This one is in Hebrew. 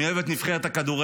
אני אוהב את נבחרת הכדורגל,